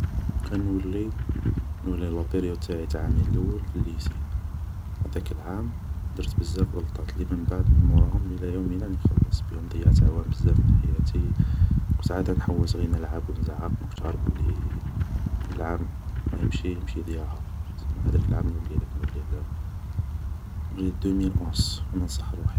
و كان نولي, نولي لا باريود تاع عامي اللول في الليسي, هداك العام درت بزاف غلطات, اللي من بعد من موراهم الى يومنا راني نخلص, بيهم ضيعت بزاف عوام من حياتي كنت عادا نحوس غي نلعب و نزعق ما كنتش عارف بلي كل عام راه يمشي, يمشي ضياعة, سما هاداك العام نوليله نولي لدوميل اونز و ننصح روحي